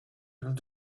and